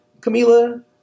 Camila